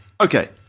Okay